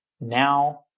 Now